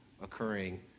occurring